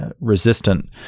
resistant